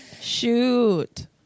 shoot